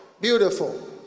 Beautiful